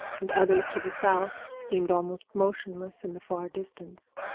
and others to the south seemed almost motionless in the far distance.